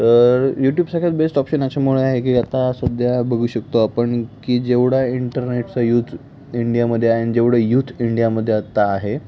तर यूट्यूबसारख्याच best option याच्यामुळे आहे की आता सध्या बघू शकतो आपण की जेवढा इंटरनेटचा यूथ इंडियामध्ये आहे आणि जेवढं यूथ इंडियामध्ये आत्ता आहे